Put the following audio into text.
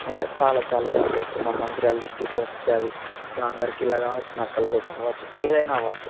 ఇలా చాలా చాలా ఉంటాయి ఇప్పుడు మా మంచిర్యాల డిస్ట్రిక్ట్కు వస్తే అవి గాంధార ఖిలా అవ్వచ్చు నక్కలగుట్ట అవ్వచ్చు ఏదైనా అవ్వచ్చు